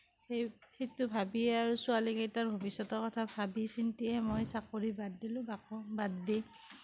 সেই সেইটো ভাবিয়েই আৰু ছোৱালীকেইটাৰ ভৱিষ্যতৰ কথা ভাবি চিন্তিয়েই মই চাকৰি বাদ দিলোঁ আকৌ বাদ দি